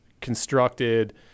constructed